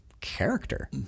character